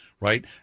right